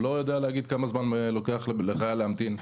לא ידענו להגיד כמה זמן לוקח לחייל להמתין.